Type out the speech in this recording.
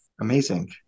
Amazing